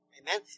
Amen